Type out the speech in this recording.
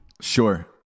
sure